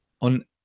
on